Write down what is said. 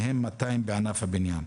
מהם 200 בענף הבנייה.